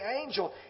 angel